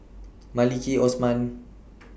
Maliki Osman